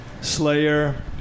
Slayer